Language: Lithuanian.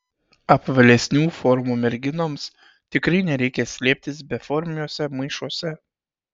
apvalesnių formų merginoms tikrai nereikia slėptis beformiuose maišuose